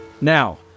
Now